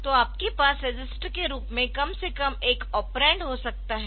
तो आपके पास रजिस्टर के रूप में कम से कम एक ऑपरेंड हो सकता है